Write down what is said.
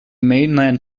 mainland